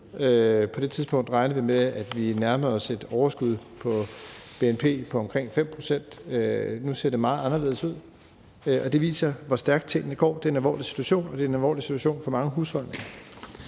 På det tidspunkt regnede vi med, at vi nærmede os et overskud på bnp på omkring 5 pct., og nu ser det meget anderledes ud. Det viser, hvor stærkt tingene går. Det er en alvorlig situation, og det er en alvorlig situation for mange husholdninger.